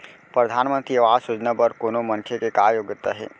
परधानमंतरी आवास योजना बर कोनो मनखे के का योग्यता हे?